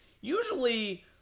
usually